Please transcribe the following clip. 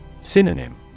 Synonym